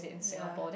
yea